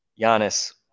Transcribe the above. Giannis